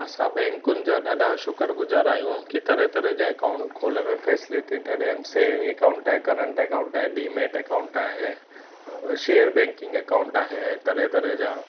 असां बैंकुनि जा ॾाढा शुकरगुज़ार आहियूं की तरह तरह जा अकाउंट खोलण में फैसलिटी था ॾियणु सेविंग अकाउंट आहिनि करेंट अकाउंट आहिनि डीमेट अकाउंट आहे शेयर बैंकिंग अकाउंट आहे ऐं तरह तरह जा